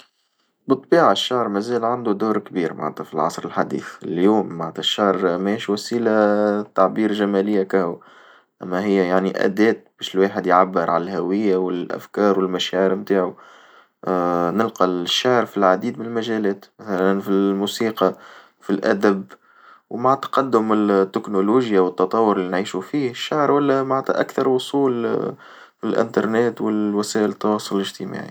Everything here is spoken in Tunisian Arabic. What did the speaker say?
بالطبيعة الشعر مازال عنده دور كبير معنتها في العصر الحديث اليوم معنتها الشعر ماهيش وسيلة تعبير جمالية أما هي يعني آداة باش الواحد يعبر على الهوية والأفكار والمشاعر متاعو، نلقى الشعر في العديد من المجالات مثلا في الموسيقى، في الأدب، ومع تقدم التكنولوجيا والتطور اللي نعيشو فيه الشعر والا معنتها أكثر وصول للإنترنت والوسائل التواصل الاجتماعي.